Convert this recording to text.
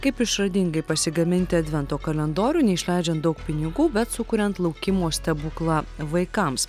kaip išradingai pasigaminti advento kalendorių neišleidžiant daug pinigų bet sukuriant laukimo stebuklą vaikams